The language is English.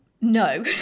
No